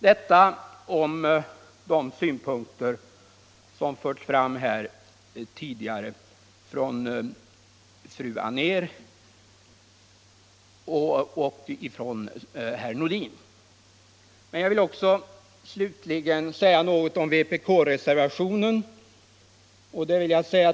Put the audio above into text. Detta om de synpunkter som här tidigare anförts av fru Anér och herr Nordin. Jag vill även säga något om vpk-reservationen.